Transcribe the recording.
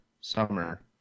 summer